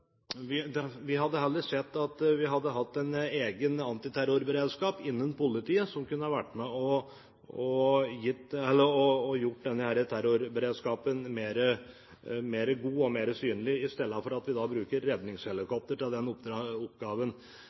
mangler tillit. Vi hadde heller sett at vi hadde hatt en egen antiterrorberedskap innenfor politiet som kunne være med og gjøre denne terrorberedskapen bedre og mer synlig, istedenfor at vi bruker redningshelikoptre til den oppgaven.